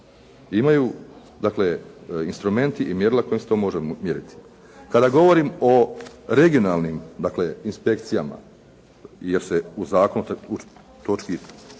dakle instrumenti i mjerila kojima se to može mjeriti. Kada govorim o regionalnim dakle inspekcijama, jer se u zakonu u točki,